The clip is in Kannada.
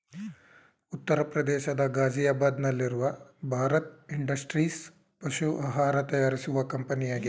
ಉತ್ತರ ಪ್ರದೇಶದ ಗಾಜಿಯಾಬಾದ್ ನಲ್ಲಿರುವ ಭಾರತ್ ಇಂಡಸ್ಟ್ರೀಸ್ ಪಶು ಆಹಾರ ತಯಾರಿಸುವ ಕಂಪನಿಯಾಗಿದೆ